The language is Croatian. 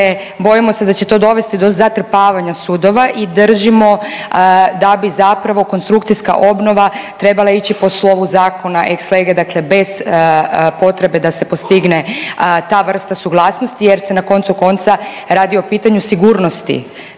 bojimo se da će to dovesti do zatrpavanja sudova i držimo da bi zapravo konstrukcijska obnova trebala ići po slovu zakona ex lege, dakle bez potrebe da se postigne ta vrsta suglasnosti. Jer se na koncu konca radi o pitanju sigurnost